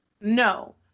No